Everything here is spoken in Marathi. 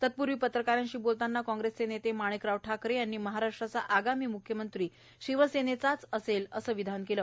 तत्पूर्वी पत्रकारांशी बोलताना कांग्रेसचे नेते माणिकराव ठाकरे यांनी महाराष्ट्राचा आगामी मुख्यमंत्री शिवसेनेचाच असेल असं विधान केलं